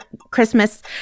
Christmas